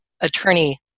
attorney